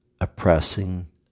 oppressing